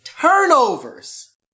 turnovers